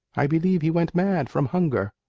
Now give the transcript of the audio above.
i believe he went mad from hunger.